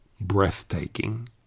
breathtaking